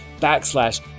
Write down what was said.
backslash